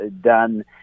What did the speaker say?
done